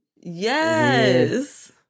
yes